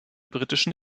britischen